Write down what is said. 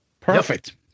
perfect